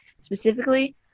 specifically